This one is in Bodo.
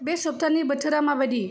बे सप्तानि बोथोरा माबायदि